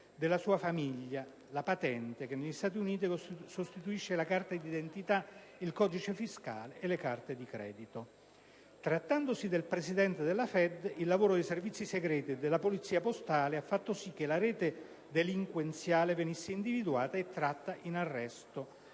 della sua famiglia (la patente, che negli Stati Uniti sostituisce la carta di identità, il codice fiscale e le carte di credito). Trattandosi del Presidente della Fed, il lavoro dei servizi segreti e della polizia postale ha fatto sì che la rete delinquenziale venisse individuata e tratta in arresto.